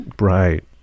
Right